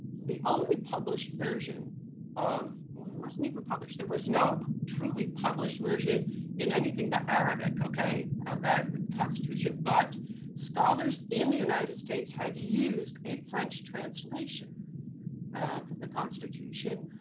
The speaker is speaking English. the only published version of it wasn't even published. there was no truly published version in anything but arabic, ok, of that constitution. but scholars in the united states had used a french translation of the constitution,